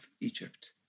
Egypt